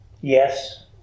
Yes